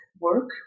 work